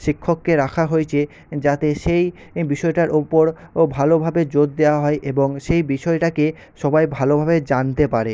শিক্ষককে রাখা হয়েছে যাতে সেই বিষয়টার ওপর ও ভালোভাবে জোর দেওয়া হয় এবং সেই বিষয়টাকে সবাই ভালোভাবে জানতে পারে